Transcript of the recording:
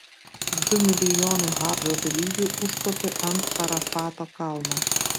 du milijonai hadžo dalyvių užkopė ant arafato kalno